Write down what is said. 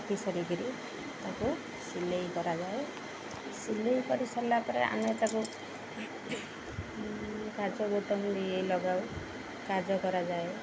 କାଟି ସାରିକିରି ତାକୁ ସିଲେଇ କରାଯାଏ ସିଲେଇ କରି ସାରିଲା ପରେ ଆମେ ତାକୁ କାଜ୍ ବୋତାମ ଦେଇ ଲଗାଉ କାଜକରାଯାଏ